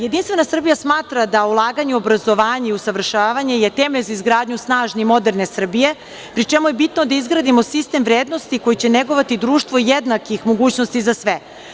Jedinstvena Srbija smatra da ulaganje u obrazovanje i usavršavanje je temelj za izgradnju snažne i moderne Srbije, pri čemu je bitno da izgradimo sistem vrednosti koji će negovati društvo jednakih mogućnosti za sve.